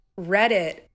Reddit